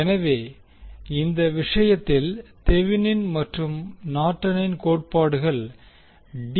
எனவே இந்த விஷயத்தில் தெவினின் மற்றும் நார்டனின் கோட்பாடுகள் டி